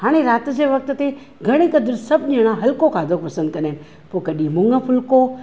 हाणे राति जे वक़्त ते घणे क़द्रु सभु ॼणा हलिको खाधो पसंदि कंदा आहिनि पोइ कॾहिं मूंङु फुलिको